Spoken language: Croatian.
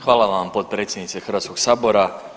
Hvala vam potpredsjednice Hrvatskoga sabora.